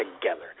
together